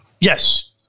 yes